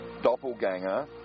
doppelganger